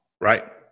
Right